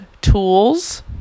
tools